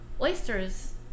Oysters